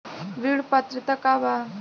ऋण पात्रता का बा?